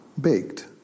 baked